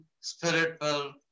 spiritual